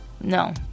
No